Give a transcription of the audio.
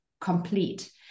complete